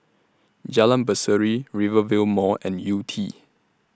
Jalan Berseri Rivervale Mall and Yew Tee